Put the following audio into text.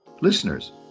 Listeners